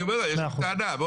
יש פה טענה.